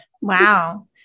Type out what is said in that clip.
Wow